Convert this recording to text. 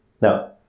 Now